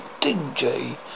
dingy